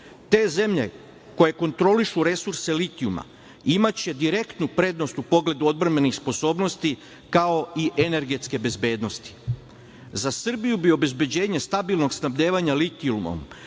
Te zemlje koje kontrolišu resurse litijuma imaće direktnu prednost u pogledu odbrambenih sposobnosti, kao i energetske bezbednosti.Za Srbiju bi obezbeđenje stabilnog snabdevanje litijumom